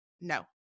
no